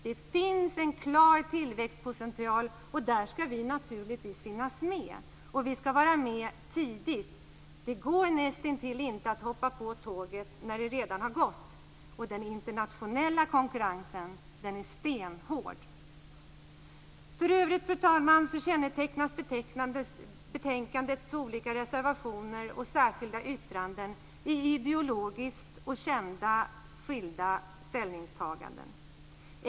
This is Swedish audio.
Det finns en klar tillväxtpotential. Där skall vi naturligtvis finnas med, och vi skall vara med tidigt. Det går nästintill inte att hoppa på tåget när det redan har gått. Den internationella konkurrensen är stenhård. För övrigt, fru talman, kännetecknas betänkandets olika reservationer och särskilda yttranden av ideologiskt och kända skilda ställningstaganden.